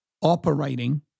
operating